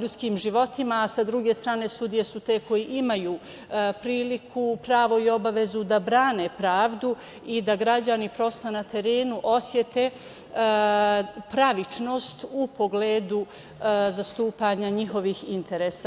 ljudskim životima, a sa druge strane sudije su te koje imaju priliku, pravo i obavezu da brane pravdu i da građani prosto na terenu osete pravičnost u pogledu zastupanja njihovih interesa.